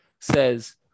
says